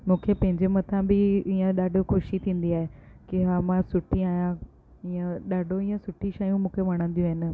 मूंखे पंहिंजे मथां बि इअं ॾाढी ख़ुशी थींदी आहे की हा मां सुठी आहियां इअं डाढो इअं सुठी शयूं मूंखे वणंदियूं आहिनि